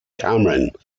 cameron